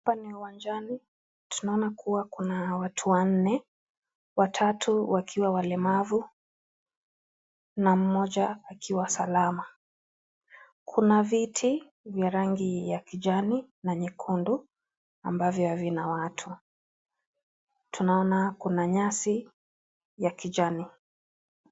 Hapa ni uwanjani, tunaona kuwa kuna watu wanne, watatu wakiwa walemavu na mmoja akiwa salama. Kuna viti vya rangi ya kijani na nyekundu ambavyo havina watu, tunaona kuna nyasi ya kijani.